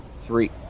three